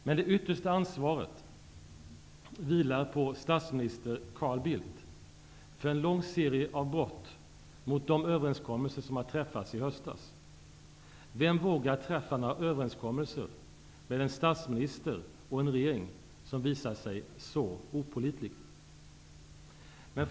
Men det yttersta ansvaret vilar på statsminister Carl Bildt för en lång serie brott mot de överenskommelser som träffades i höstas. Vem vågar träffa några överenskommelser med en statsminister och en regering, som visat sig vara så opålitliga?